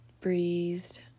breathed